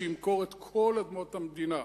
שימכור את כל אדמות המדינה,